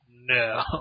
no